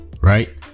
Right